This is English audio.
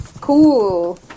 Cool